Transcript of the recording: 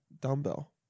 dumbbell